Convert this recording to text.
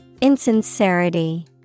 Insincerity